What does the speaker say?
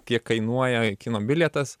kiek kainuoja kino bilietas